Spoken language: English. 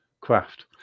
craft